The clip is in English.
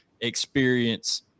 experience